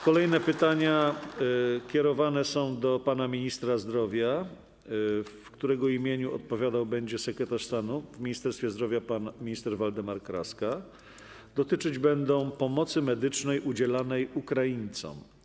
Kolejne pytanie kierowane jest do pana ministra zdrowia, w którego imieniu odpowiadał będzie sekretarz stanu w Ministerstwie Zdrowia pan minister Waldemar Kraska, a dotyczyć będzie pomocy medycznej udzielanej Ukraińcom.